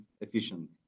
efficient